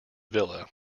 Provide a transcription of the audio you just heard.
villa